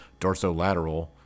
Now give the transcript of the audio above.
dorsolateral